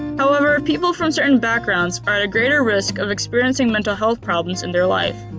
however, people from certain backgrounds are at greater risk of experiencing mental health problems in their life.